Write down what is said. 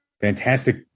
fantastic